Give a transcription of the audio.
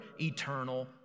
eternal